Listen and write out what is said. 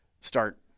start